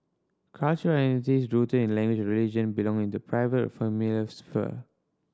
cultural identities rooted in language or religion belong in the private familial sphere